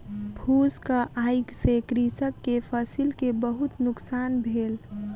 फूसक आइग से कृषक के फसिल के बहुत नुकसान भेल